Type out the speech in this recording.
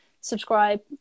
Subscribe